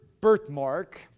birthmark